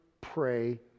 pray